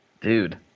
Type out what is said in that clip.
Dude